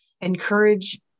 encourage